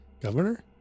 Governor